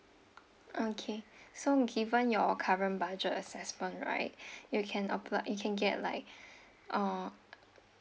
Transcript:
okay so given your current budget assessment right you can apply you can get like uh